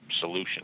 solution